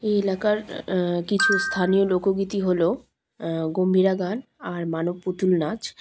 এই এলাকার কিছু স্থানীয় লোকগীতি হলো গম্ভীরা গান আর মানব পুতুল নাচ